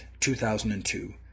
2002